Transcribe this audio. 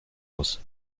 muss